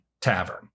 tavern